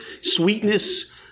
sweetness